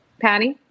Patty